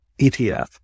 ETF